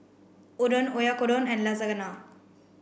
Udon Oyakodon and Lasagna